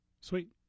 Sweet